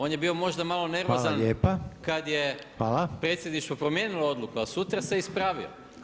On je bio možda malo nervozan [[Upadica Reiner: Hvala lijepa.]] kada je predsjedništvo promijenilo odluku, a sutra se ispravi.